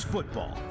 Football